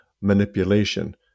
manipulation